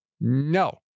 No